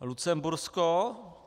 Lucembursko.